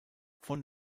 von